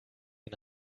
ihn